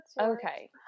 Okay